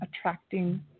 attracting